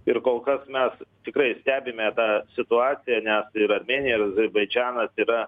ir kol kas mes tikrai stebime tą situaciją nes ir armėnija ir azerbaidžanas yra